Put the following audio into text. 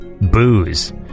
booze